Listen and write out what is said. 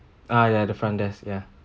uh ya the front desk ya